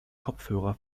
kopfhörer